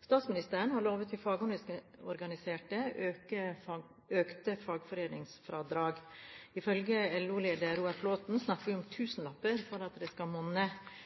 Statsministeren har lovet de fagorganiserte økte fagforeningsfradrag. Ifølge LO-leder Roar Flåthen snakker vi om tusenlapper for at det skal